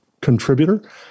contributor